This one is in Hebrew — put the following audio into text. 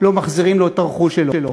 לא מחזירים לו את הרכוש שלו.